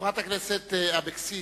חברת הכנסת אבקסיס,